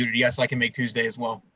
yes, i can make tuesday, as well.